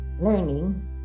learning